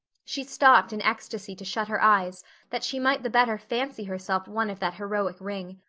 she stopped in ecstasy to shut her eyes that she might the better fancy herself one of that heroic ring.